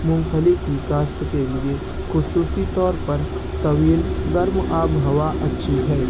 مونگ پھلی کی کاشت کے لئے خصوصی طور پر طویل گرم آب و ہوا اچھی ہے